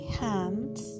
hands